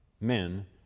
men